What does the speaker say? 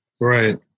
Right